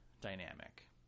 dynamic